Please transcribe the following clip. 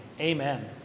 Amen